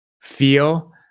feel